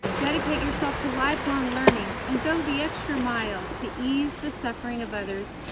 dedicate yourself to lifelong learning and go the extra mile to ease the suffering of others,